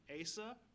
Asa